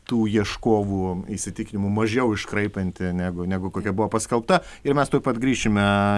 tų ieškovų įsitikinimu mažiau iškraipanti negu negu kokia buvo paskelbta ir mes tuoj pat grįšime